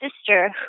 sister